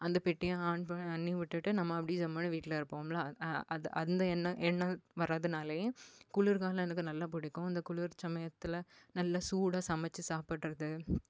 அந்த பெட்டியை ஆன் பண்ணி விட்டுட்டு நம்ம அப்படி ஜம்முன்னு வீட்டில இருப்போம்ல அதுதான் அது அந்த எண்ண எண்ணம் வரதனாலையே குளிர்காலம் எனக்கு நல்லா பிடிக்கும் அந்த குளிர் சமயத்தில் நல்லா சூடாக சமைத்து சாப்பிட்றது